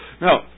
Now